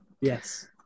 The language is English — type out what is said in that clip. yes